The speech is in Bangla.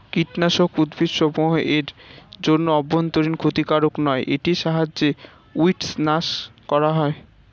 কীটনাশক উদ্ভিদসমূহ এর জন্য অভ্যন্তরীন ক্ষতিকারক নয় এটির সাহায্যে উইড্স নাস করা হয়